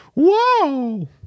Whoa